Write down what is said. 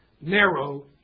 narrow